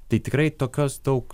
tai tikrai tokios daug